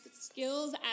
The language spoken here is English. skills